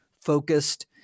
focused